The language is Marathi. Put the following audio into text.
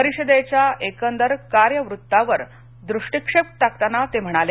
परिषदेच्या एकंदर कार्यवृत्तावर दृष्टिक्षेप टाकताना ते म्हणाले